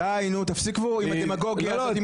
די, נו, תפסיקו עם הדמגוגיה הזאת.